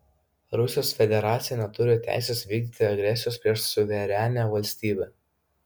rusijos federacija neturi teisės vykdyti agresijos prieš suverenią valstybę